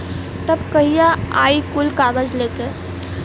तब कहिया आई कुल कागज़ लेके?